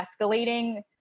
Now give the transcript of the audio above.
escalating